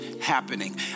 happening